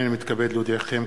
הנני מתכבד להודיעכם,